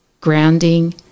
grounding